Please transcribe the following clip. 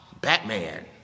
Batman